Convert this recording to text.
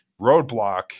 roadblock